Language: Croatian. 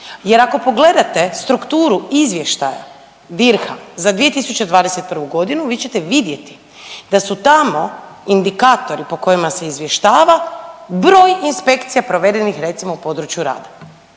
jer ako pogledate strukturu Izvještaja DIRH-a za 2021. g. vi ćete vidjeti da su tamo indikatori po kojima se izvještava broj inspekcija provedenih, recimo u području rada.